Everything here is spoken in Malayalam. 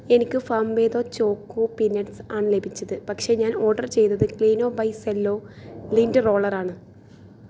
എനിക്ക് ഫാം വേദോ ചോക്കോ പീനട്ട്സ് ആണ് ലഭിച്ചത് പക്ഷേ ഞാൻ ഓർഡർ ചെയ്തത് Cleano by Cello lint roller ആണ്